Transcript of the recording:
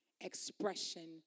expression